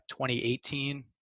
2018